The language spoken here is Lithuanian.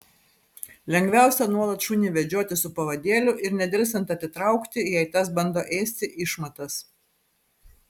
lengviausia nuolat šunį vedžioti su pavadėliu ir nedelsiant atitraukti jei tas bando ėsti išmatas